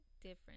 different